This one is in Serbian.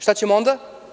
Šta ćemo onda?